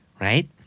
right